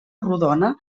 rodona